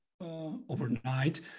overnight